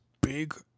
big